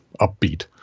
upbeat